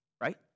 right